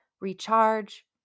recharge